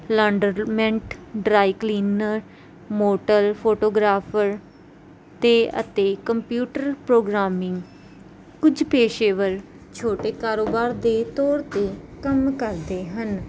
laundromat dry cleaner motor photographer ਤੇ ਅਤੇ computer programming ਕੁਝ ਪੇਸ਼ੇਵਰ ਛੋਟੇ ਕਾਰੋਬਾਰ ਦੇ ਤੌਰ ਤੇ ਕੰਮ ਕਰਦੇ ਹਨ